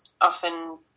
often